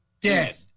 Dead